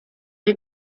est